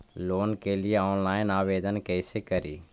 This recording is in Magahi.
लोन के लिये ऑनलाइन आवेदन कैसे करि?